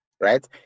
Right